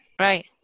Right